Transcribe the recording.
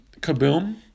Kaboom